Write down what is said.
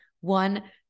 one